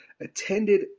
attended